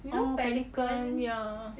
oh Pelican ya